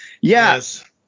Yes